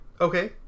Okay